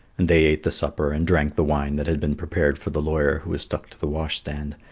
and they ate the supper and drank the wine that had been prepared for the lawyer who was stuck to the wash-stand,